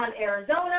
Arizona